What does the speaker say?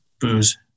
booze